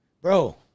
bro